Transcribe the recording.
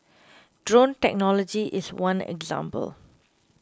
drone technology is one example